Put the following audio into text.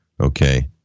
Okay